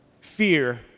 fear